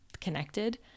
connected